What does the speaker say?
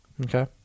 Okay